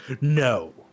No